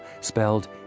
spelled